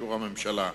לאישור הממשלה,